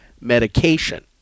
medication